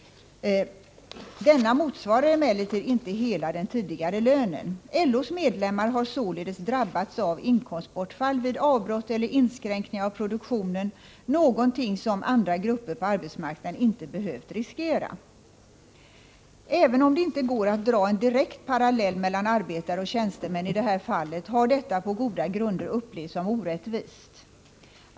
Denna motsvarar emellertid inte hela den tidigare lönen. LO:s medlemmar har således drabbats av inkomstbortfall vid avbrott eller inskränkningar i produktionen, någonting som andra grupper på arbetsmarknaden inte behövt riskera. Även om det inte går att dra en direkt parallell mellan arbetare och tjänstemän i det här fallet, har detta på goda grunder upplevts som orättvist.